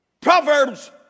Proverbs